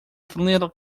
flanela